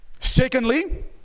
Secondly